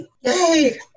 Yay